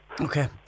Okay